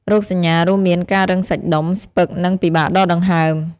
រោគសញ្ញារួមមានការរឹងសាច់ដុំ ស្ពឹក និងពិបាកដកដង្ហើម។